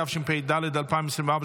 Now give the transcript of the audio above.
התשפ"ד 2024,